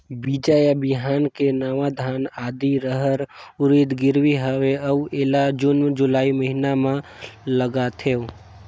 बीजा या बिहान के नवा धान, आदी, रहर, उरीद गिरवी हवे अउ एला जून जुलाई महीना म लगाथेव?